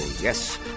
Yes